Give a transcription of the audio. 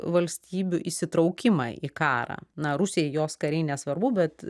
valstybių įsitraukimą į karą na rusijai jos kariai nesvarbu bet